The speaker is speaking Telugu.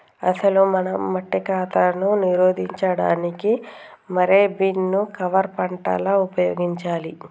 అసలు మనం మట్టి కాతాను నిరోధించడానికి మారే బీన్ ను కవర్ పంటగా ఉపయోగించాలి